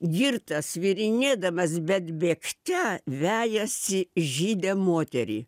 girtas svyrinėdamas bet bėgte vejasi žydę moterį